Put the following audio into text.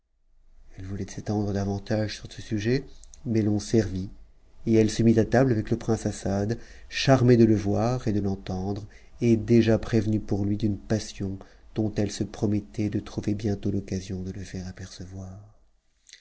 elle voulaits'étendre davantage sur ce sujet mais l'on servit et ellese mit à table avec le prince assad charmée de le voir et de t'enteudre et déjà prévenue pour lui d'une passion dont elle se promettait de trouver bientôt l'occasion de le faire apercevoir